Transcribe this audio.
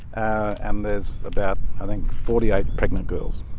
and there's about forty eight pregnant girls.